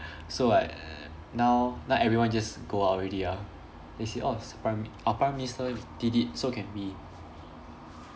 so like now now everyone just go out already ah they say oh s~ prime our prime minister did it so can we